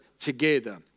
together